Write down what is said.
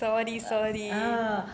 uh